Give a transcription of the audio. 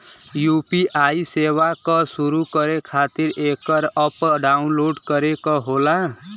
UPI सेवा क शुरू करे खातिर एकर अप्प डाउनलोड करे क होला